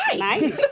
right